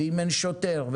אין שוטר,